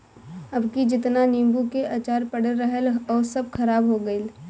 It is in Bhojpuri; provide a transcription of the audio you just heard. अबकी जेतना नीबू के अचार पड़ल रहल हअ सब खराब हो गइल